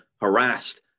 harassed